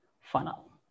funnel